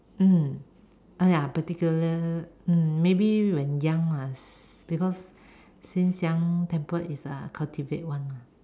mm !aiya! particular mm maybe when young lah because since young temper is uh cultivate [one] mah